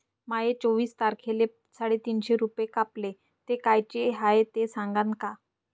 माये चोवीस तारखेले साडेतीनशे रूपे कापले, ते कायचे हाय ते सांगान का?